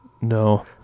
No